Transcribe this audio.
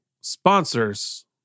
sponsors